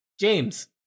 James